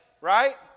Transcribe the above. right